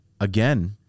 again